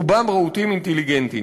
רובם רהוטים, אינטליגנטים.